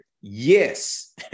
yes